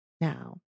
now